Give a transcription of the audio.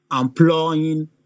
employing